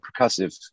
percussive